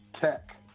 Tech